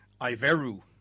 Iveru